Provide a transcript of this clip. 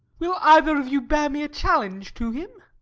will either of you bear me a challenge to him?